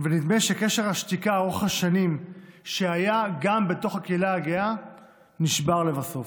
ונדמה שקשר השתיקה ארוך השנים שהיה גם בתוך הקהילה הגאה נשבר לבסוף.